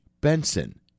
Benson